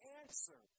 answer